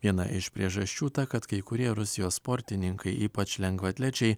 viena iš priežasčių ta kad kai kurie rusijos sportininkai ypač lengvaatlečiai